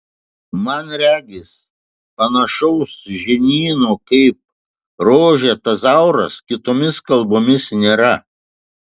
man regis panašaus žinyno kaip rože tezauras kitomis kalbomis nėra